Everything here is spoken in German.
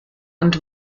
und